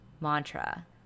mantra